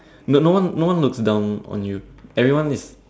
no no one no one looks down on you everyone is